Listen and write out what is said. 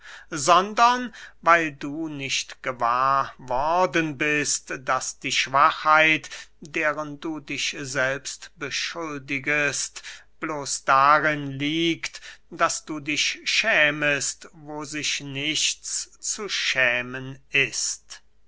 sondern weil du nicht gewahr worden bist daß die schwachheit deren du dich selbst beschuldigest bloß darin liegt daß du dich schämest wo sich nichts zu schämen ist